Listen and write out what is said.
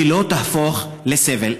ולא תהפוך לסבל.